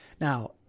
Now